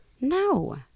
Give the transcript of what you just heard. No